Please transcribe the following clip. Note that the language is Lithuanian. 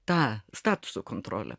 tą statuso kontrolę